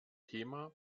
thema